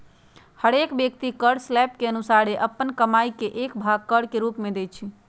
हरेक व्यक्ति कर स्लैब के अनुसारे अप्पन कमाइ के एक भाग कर के रूप में देँइ छै